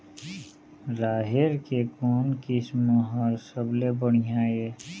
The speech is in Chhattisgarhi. राहेर के कोन किस्म हर सबले बढ़िया ये?